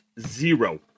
zero